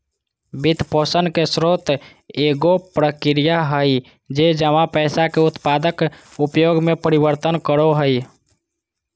वित्तपोषण के स्रोत एगो प्रक्रिया हइ जे जमा पैसा के उत्पादक उपयोग में परिवर्तन करो हइ